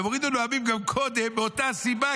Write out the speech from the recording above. הם הורידו נואמים גם קודם מאותה סיבה,